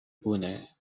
pune